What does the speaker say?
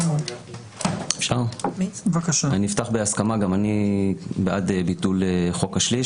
אני אפתח בהסכמה גם אני בעד ביטול חוק השליש,